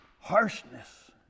harshness